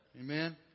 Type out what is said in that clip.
Amen